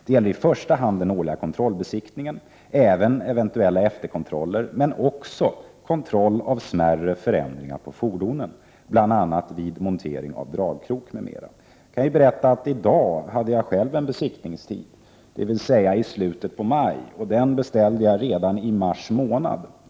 Det gäller i första hand den årliga kontrollbesiktningen, även eventuella efterkontroller, men också kontroll av smärre förändringar på fordonen, bl.a. vid montering av dragkrok m.m. Jag kan berätta att jag i dag själv hade en besiktningstid för min bil, dvs. i slutet av maj, och den tiden beställde jag redan i mars månad.